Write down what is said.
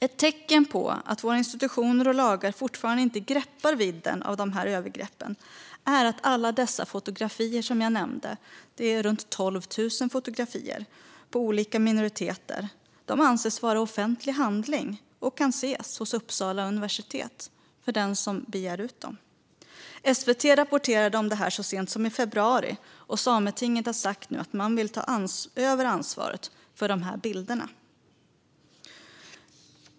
Ett tecken på att våra institutioner och lagar fortfarande inte greppar vidden av övergreppen är att alla dessa runt 12 000 fotografier på olika minoriteter som jag nämnde anses vara offentlig handling och kan ses hos Uppsala universitet för den som begär ut dem. SVT rapporterade om det här så sent som i februari, och Sametinget har nu sagt att man vill ta över ansvaret för dessa bilder.